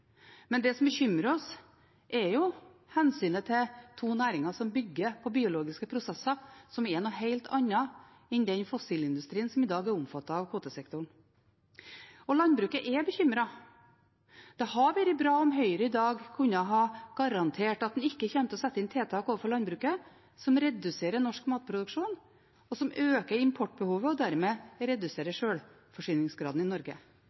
Det som bekymrer oss, er hensynet til to næringer som bygger på biologiske prosesser, som er noe helt annet enn den fossilindustrien som i dag er omfattet av kvotesektoren. Landbruket er bekymret. Det hadde vært bra om Høyre i dag kunne ha garantert at en ikke kommer til å sette inn tiltak overfor landbruket som reduserer norsk matproduksjon, og som øker importbehovet og dermed reduserer sjølforsyningsgraden i Norge.